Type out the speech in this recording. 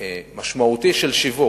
משמעותי של שיווק.